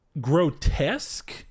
grotesque